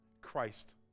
Christ